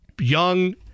Young